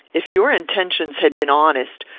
if your intentions had been honest,